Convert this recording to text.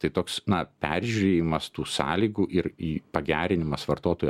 tai toks na peržiūrėjimas tų sąlygų ir pagerinimas vartotojo